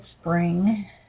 spring